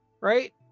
right